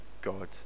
God